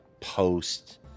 post